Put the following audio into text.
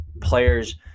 players